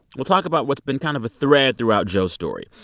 we'll talk about what's been kind of a thread throughout joe's story.